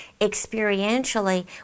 experientially